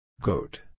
goat